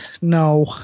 No